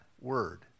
word